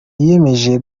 yiyemeje